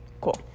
Cool